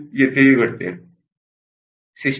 येथेही तसेच घडते